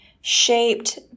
Shaped